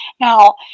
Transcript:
Now